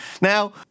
Now